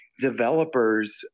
developers